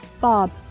Bob